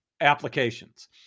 applications